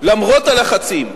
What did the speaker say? למרות הלחצים,